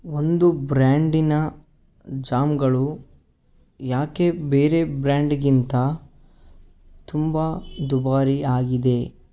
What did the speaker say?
ಒಂದು ಬ್ರ್ಯಾಂಡಿನ ಜಾಮ್ಗಳು ಯಾಕೆ ಬೇರೆ ಬ್ರ್ಯಾಂಡ್ಗಿಂತ ತುಂಬ ದುಬಾರಿ ಆಗಿದೆ